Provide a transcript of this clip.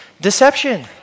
Deception